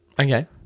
Okay